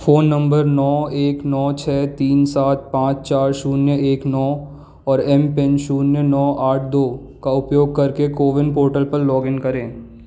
phone number नौ एक नौ छः तीन सात पाँच चार शून्य एक नौ और एमपिन शून्य नाइन एट ट्व का उपयोग करके कोविन पोर्टल पर लॉग इन करें